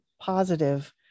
positive